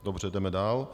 Dobře, jdeme dál.